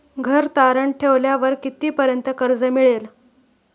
घर तारण ठेवल्यावर कितीपर्यंत कर्ज मिळेल?